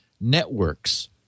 networks